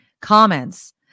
comments